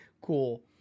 cool